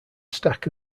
stack